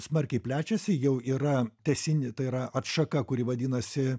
smarkiai plečiasi jau yra tęsiny tai yra atšaka kuri vadinasi